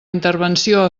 intervenció